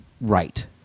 right